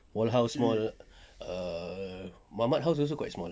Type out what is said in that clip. wal house small err mamat house also quite small